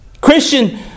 Christian